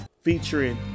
featuring